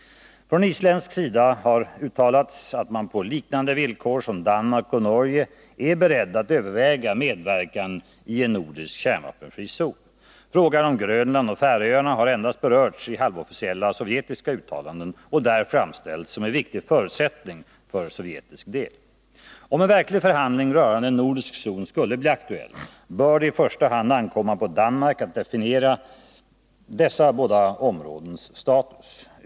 Från isländsk sida har uttalats att man på villkor som liknar Danmarks och Norges är beredd att överväga medverkan i en nordisk kärnvapenfri zon. Frågan om Grönland och Färöarna har endast berörts i halvofficiella sovjetiska uttalanden och där framställts som en viktig förutsättning för sovjetisk del. Om en verklig förhandling rörande en nordisk zon skulle bli aktuell, bör det i första hand ankomma på Danmark att definiera dessa båda områdens status.